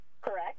Correct